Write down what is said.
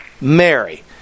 Mary